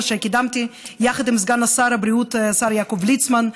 שקידמתי יחד עם סגן שר הבריאות יעקב ליצמן,